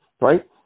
right